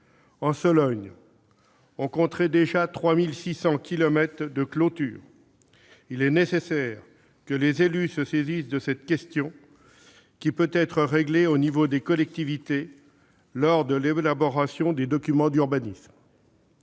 En Sologne, on compterait déjà 3 600 kilomètres de clôtures. Il est nécessaire que les élus se saisissent de cette question, qui peut être réglée au niveau des collectivités lors de l'élaboration des documents d'urbanisme.